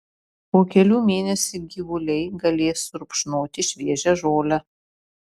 po kelių mėnesių gyvuliai galės rupšnoti šviežią žolę